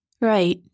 Right